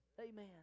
Amen